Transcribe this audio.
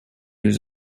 was